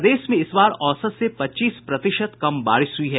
प्रदेश में इस बार औसत से पच्चीस प्रतिशत कम बारिश हुई है